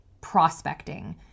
prospecting